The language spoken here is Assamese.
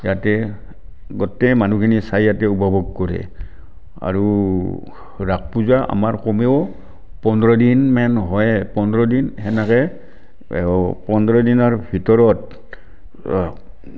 ইয়াতে গোটেই মানুহখিনি চাই ইয়াতে উপভোগ কৰে আৰু ৰাস পূজা আমাৰ কমেও পোন্ধৰ দিনমান হয় পোন্ধৰ দিন সেনেকৈ পোন্ধৰ দিনৰ ভিতৰত